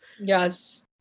Yes